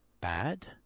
bad